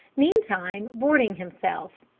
meantime boarding himself.